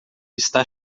está